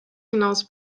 hinaus